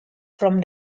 from